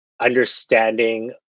understanding